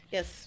Yes